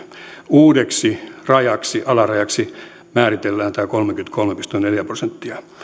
uudeksi alarajaksi alarajaksi määritellään tämä kolmekymmentäkolme pilkku neljä prosenttia